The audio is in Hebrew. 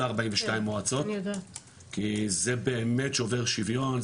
הארבעים ושתיים מועצות כי זה באמת שובר שוויון,